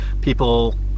people